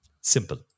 simple